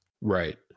Right